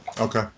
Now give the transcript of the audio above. Okay